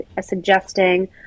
suggesting